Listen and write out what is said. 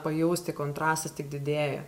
pajausti kontrastas tik didėja